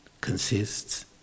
Consists